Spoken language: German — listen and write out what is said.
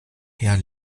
herr